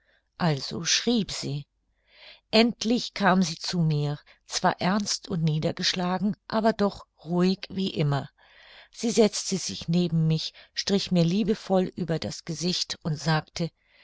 also schrieb sie endlich kam sie zu mir zwar ernst und niedergeschlagen aber doch ruhig wie immer sie setzte sich neben mich strich mir liebevoll über das gesicht und sagte